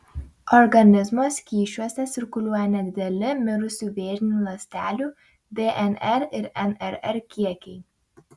organizmo skysčiuose cirkuliuoja nedideli mirusių vėžinių ląstelių dnr ir rnr kiekiai